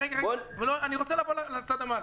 אני רוצה לעבור לצד המעשי.